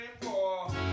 four